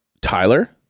Tyler